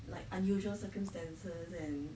like unusual circumstances and